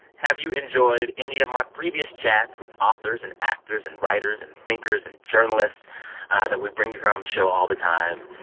have you enjoyed any of my previous chats with authors and actors and writers and thinkers and journalists that we bring you here on the show all the time?